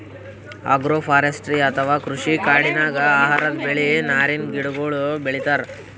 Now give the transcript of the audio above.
agroforestry ಅಥವಾ ಕೃಷಿ ಕಾಡಿನಾಗ್ ಆಹಾರದ್ ಬೆಳಿ, ನಾರಿನ್ ಗಿಡಗೋಳು ಬೆಳಿತಾರ್